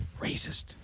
racist